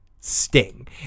Sting